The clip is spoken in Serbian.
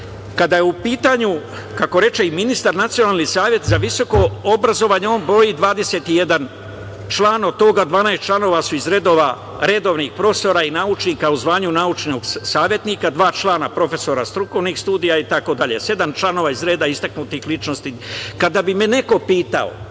Kada je u pitanju, kako reče i ministar, Nacionalni savet za visoko obrazovanje, on broji 21 član, od toga 12 članova su iz redova redovnih profesora i naučnika, u zvanju naučnog savetnika, dva člana, profesora strukovnih studija i tako dalje, sedam članova iz reda istaknutih ličnosti. Kada bi me neko pitao